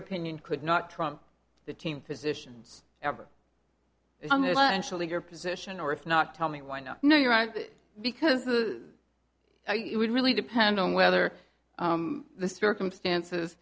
opinion could not trump the team physicians ever on this actually your position or if not tell me why no no you're right because it would really depend on whether the circumstances